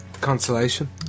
Consolation